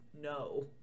No